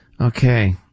Okay